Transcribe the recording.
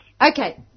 Okay